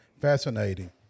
Fascinating